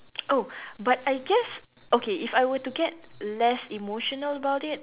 oh but I guess okay if I were to get less emotional about it